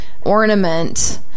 ornament